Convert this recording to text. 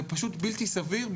זה פשוט בלתי סביר,